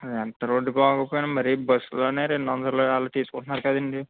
ఎంత రోడ్ బాగోకపోయినా మరీ బస్సులోనే రెండొందలు అలా తీసుకుంటున్నారు కదండి